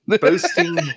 Boasting